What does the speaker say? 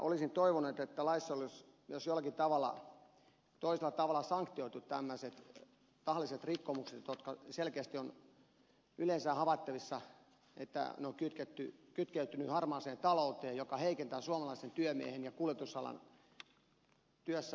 olisin toivonut että laissa olisi myös jollakin toisella tavalla sanktioitu tämmöiset tahalliset rikkomukset joista on yleensä selkeästi havaittavissa että ne ovat kytkeytyneet harmaaseen talouteen joka heikentää suomalaisen työmiehen ja kuljetusalan työntekijän työssä pärjäämistä